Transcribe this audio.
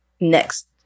next